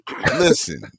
listen